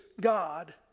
God